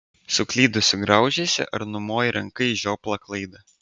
suklydusi graužiesi ar numoji ranka į žioplą klaidą